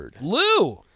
Lou